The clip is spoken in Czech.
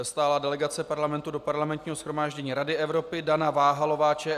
Stálá delegace Parlamentu do Parlamentního shromáždění Rady Evropy Dana Váhalová, ČSSD.